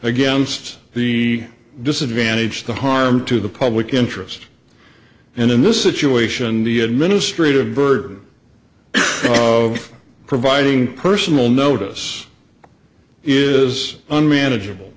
against the disadvantage the harm to the public interest and in this situation the administrative burden of providing personal notice is unmanageable